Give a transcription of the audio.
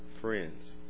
friends